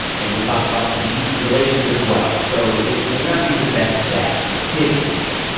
and we talk about an abusive relationship, as well. so this may not be the best chat for kids to hear.